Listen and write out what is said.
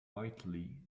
quietly